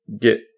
get